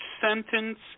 sentence